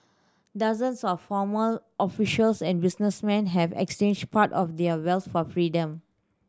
dozens of former officials and businessmen have exchanged part of their wealth for freedom